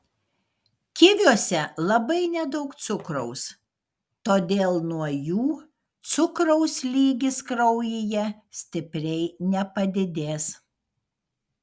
kiviuose labai nedaug cukraus todėl nuo jų cukraus lygis kraujyje stipriai nepadidės